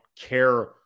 care